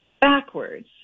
backwards